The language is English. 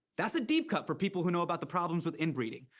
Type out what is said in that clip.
that's a deep cut for people who know about the problems with inbreeding.